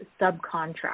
subcontract